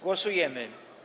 Głosujemy.